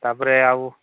ତାପରେ ଆଉ